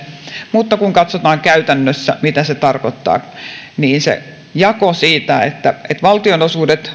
mutta kun katsotaan mitä se käytännössä tarkoittaa niin jako on se että valtionosuudet